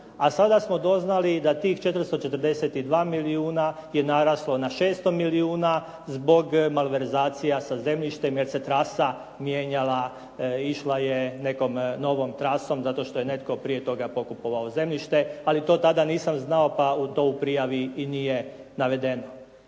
a sada smo doznali da tih 442 milijuna je naraslo na 600 milijuna zbog malverzacija sa zemljištem jer se trasa mijenjala, išla je nekom novom trasom zato što je netko prije toga pokupovao zemljište, ali to tada nisam znao pa to u prijavi i nije navedeno.